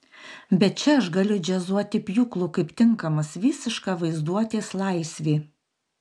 bet čia aš galiu džiazuoti pjūklu kaip tinkamas visiška vaizduotės laisvė